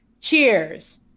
Cheers